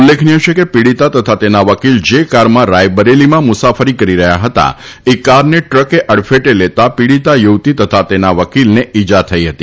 ઉલ્લેખનિય છે કે પીડિતા તથા તેના વકીલ જે કારમાં રાયબરેલીમાં મુસાફરી કરી રહ્યા હતા એ કારને ટ્રકે અડફેટે લેતા પીડિતા યુવતી તથા તેના વકીલને ઈજા થઈ હતી